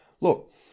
look